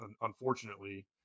Unfortunately